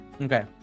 Okay